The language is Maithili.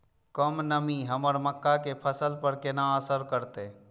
कम नमी हमर मक्का के फसल पर केना असर करतय?